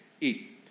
eat